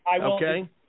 Okay